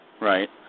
Right